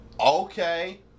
Okay